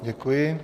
Děkuji.